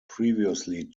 previously